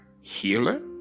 healer